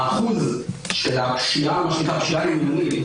האחוז של הפשיעה הלאומנית,